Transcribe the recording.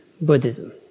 Buddhism